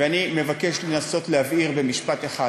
ואני מבקש לנסות להבהיר במשפט אחד,